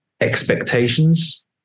expectations